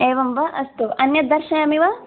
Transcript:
एवं वा अस्तु अन्यद् दर्शयामि वा